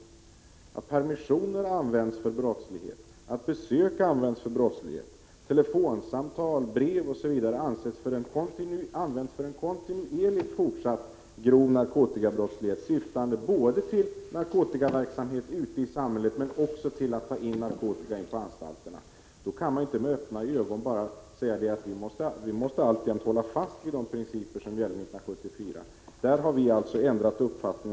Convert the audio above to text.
Vi vet att permissioner utnyttjas för brottslighet, att besök utnyttjas för brottslighet och att möjligheterna till telefonsamtal, brev osv. utnyttjas för en kontinuerligt fortsatt grov narkotikabrottslighet, syftande både till narkotikaverksamhet ute i samhället och till att ta in narkotika på anstalterna. Då kan man inte med öppna ögon säga att vi alltjämt måste hålla fast vid de principer som gällde 1974. Där har vi ändrat uppfattning.